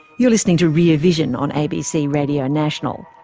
you're listening to rear vision on abc radio national.